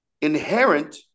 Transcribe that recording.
Inherent